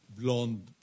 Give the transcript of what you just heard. blonde